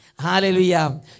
Hallelujah